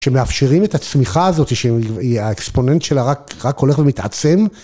שמאפשרים את הצמיחה הזאת שהיא האקספוננט שלה רק הולך ומתעצם.